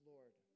Lord